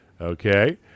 Okay